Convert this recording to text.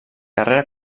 carrera